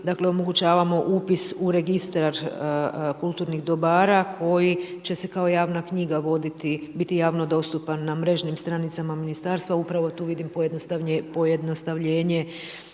omogućavamo upis u registar kulturnih dobara koji će se kao javna knjiga voditi, biti javno dostupan na mrežnim stranicama ministarstva. Upravo tu vidim pojednostavljenje